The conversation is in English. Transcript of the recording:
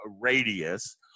radius